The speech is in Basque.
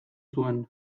zuen